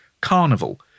carnival